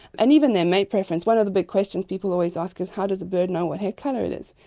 and even their mate preference. one of the big questions people always ask is, how does a bird know what head colour it is?